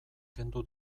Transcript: kendu